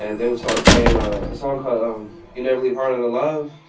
and they would start playing a song called you'll never leave harlan alive.